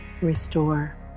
Restore